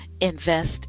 invest